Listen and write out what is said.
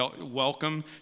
Welcome